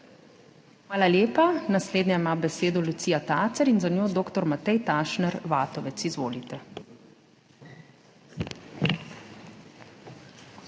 Hvala lepa. Naslednja ima besedo Lucija Tacer in za njo dr. Matej Tašner Vatovec. Izvolite.